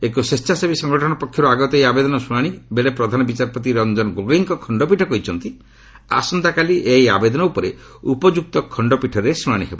ଏକ ସ୍ୱେଚ୍ଛାସେବୀ ସଂଗଠନ ପକ୍ଷରୁ ଆଗତ ଏହି ଆବେଦନର ଶୁଣାଶି ବେଳେ ପ୍ରଧାନ ବିଚାରପତି ରଞ୍ଜନ୍ ଗୋଗୋଇଙ୍କ ଖଣ୍ଡପୀଠ କହିଛନ୍ତି ଆସନ୍ତାକଲି ଏହି ଆବେଦନ ଉପରେ ଉପଯୁକ୍ତ ଖଶ୍ଚପୀଠରେ ଶୁଣାଶି ହେବ